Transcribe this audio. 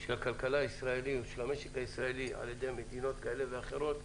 של הכלכלה הישראלית והמשק הישראלי על-ידי מדינות כאלה ואחרות.